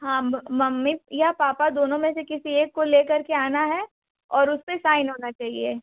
हाँ मम्मी या पापा दोनों से किसी एक को ले कर के आना है और उस पर साइन होना चाहिए